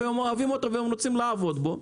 שהם אוהבים אותו ורוצים לעבוד בו.